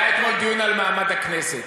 היה אתמול דיון על מעמד הכנסת.